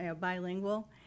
bilingual